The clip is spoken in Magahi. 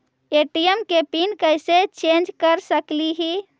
ए.टी.एम के पिन कैसे चेंज कर सकली ही?